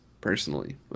personally